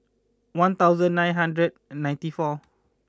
one thousand nine hundred ninety four